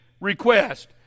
request